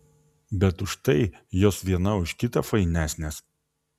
bet už tai jos viena už kitą fainesnės